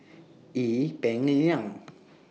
Ee Peng Liang